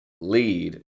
lead